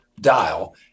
dial